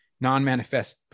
non-manifest